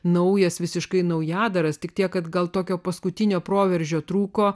naujas visiškai naujadaras tik tiek kad gal tokio paskutinio proveržio trūko